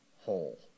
whole